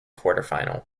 quarterfinal